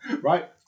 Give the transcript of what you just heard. right